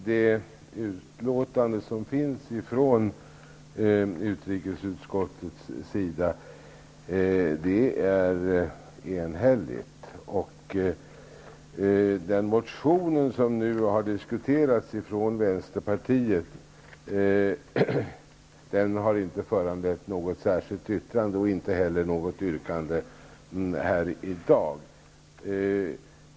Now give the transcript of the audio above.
Fru talman! Utlåtandet från utrikesutskottet är enhälligt. Den motion från Vänsterpartiet som nu har diskuterats har inte föranlett något särskilt yttrande och inte heller något yrkande här i dag.